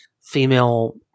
female